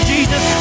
Jesus